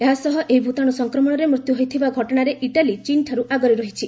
ଏହାସହ ଏହି ଭୂତାଣୁ ସଂକ୍ରମଣରେ ମୃତ୍ୟୁ ହୋଇଥିବା ଘଟଣାରେ ଇଟାଲୀ ଚୀନ୍ଠାର୍ ଆଗରେ ରହିଛି